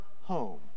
home